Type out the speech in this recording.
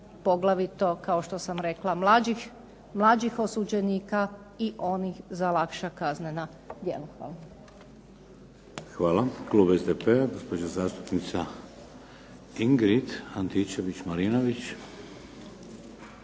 poglavito kao što sam rekla mlađih osuđenika i onih za lakša kaznena djela. Hvala. **Šeks, Vladimir (HDZ)** Hvala. Klub SDP-a, gospođa zastupnica Ingrid Antičević Marinović.